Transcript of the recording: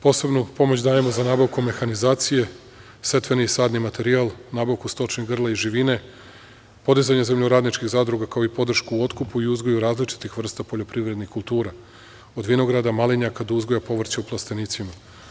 Posebnu pomoć dajemo za nabavku mehanizacije, setveni i sadni materijal, nabavku stočnih grla i živine, podizanje zemljoradničkih zadruga, kao i podršku u otkupu i uzgoju različitih vrsta poljoprivrednih kultura, od vinograda, malinjaka, do uzgoja povrća u plastenicima.